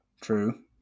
True